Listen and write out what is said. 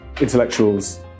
intellectuals